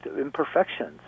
imperfections